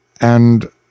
And